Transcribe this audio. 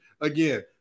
again